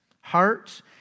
hearts